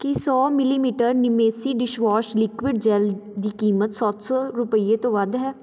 ਕੀ ਸੌ millilitre Nimeasy dishwash liquid gel ਦੀ ਕੀਮਤ ਸੱਤ ਸੌ ਰੁਪਈਏ ਤੋਂ ਵੱਧ ਹੈ